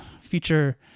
feature